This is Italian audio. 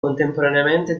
contemporaneamente